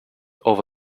over